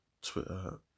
Twitter